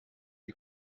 die